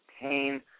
pain